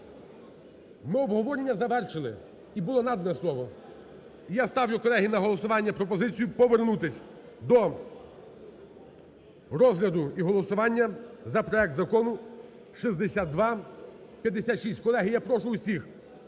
Ми обговорення завершили, і було надано слово. І я ставлю, колеги, на голосування пропозицію повернутися до розгляду і голосування за проект Закону 6256. Колеги, я прошу всіх,